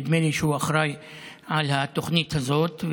נדמה לי שהוא אחראי לתוכנית הזאת,